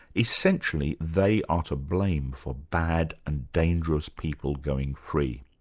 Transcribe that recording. essentially, they are to blame for bad and dangerous people going free.